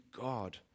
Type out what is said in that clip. God